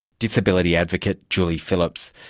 disability advocate julie phillips.